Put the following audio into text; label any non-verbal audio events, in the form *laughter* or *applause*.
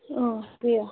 *unintelligible*